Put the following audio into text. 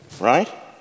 right